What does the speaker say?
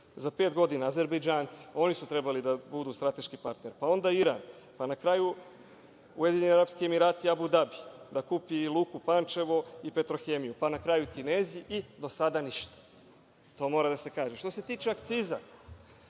za pet godina Azerbejdžance. Oni su trebali da budu strateški partneri, pa onda Iran, pa na kraju UAE i Abu Dabi, da kupi Luku Pančevo i „Petrohemiju“, pa na kraju Kinezi i do sada ništa. To mora da se kaže. Što se tiče akciza,